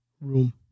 room